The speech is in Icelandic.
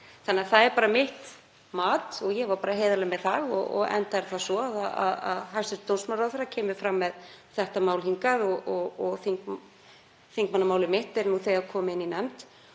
Þannig að það er mitt mat og ég var bara heiðarleg með það, enda er það svo að hæstv. dómsmálaráðherra kemur fram með þetta mál og þingmannamálið mitt er nú þegar komið í nefnd